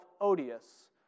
odious